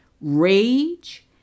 rage